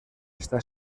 está